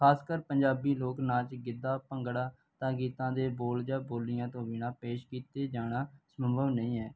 ਖਾਸਕਰ ਪੰਜਾਬੀ ਲੋਕ ਨਾਚ ਗਿੱਧਾ ਭੰਗੜਾ ਤਾਂ ਗੀਤਾਂ ਦੇ ਬੋਲ ਜਾਂ ਬੋਲੀਆਂ ਤੋਂ ਬਿਨਾਂ ਪੇਸ਼ ਕੀਤਾ ਜਾਣਾ ਸੰਭਵ ਨਹੀਂ ਹੈ